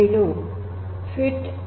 seed fit